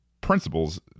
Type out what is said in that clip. principles